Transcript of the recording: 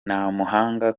ntamuhanga